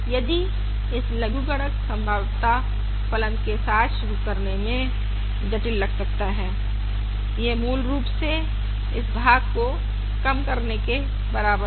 यद्यपि इस लघुगणक संभाव्यता फलन के साथ शुरू करने में जटिल लग सकता है यह मूल रूप से इस भाग को कम करने के बराबर है